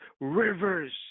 rivers